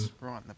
right